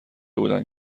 بودند